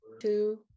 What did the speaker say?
two